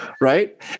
right